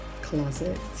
closet